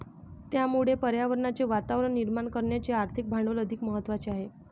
त्यामुळे पर्यावरणाचे वातावरण निर्माण करण्याचे आर्थिक भांडवल अधिक महत्त्वाचे आहे